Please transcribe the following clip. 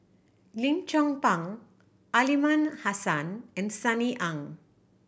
Lim Chong Pang Aliman Hassan and Sunny Ang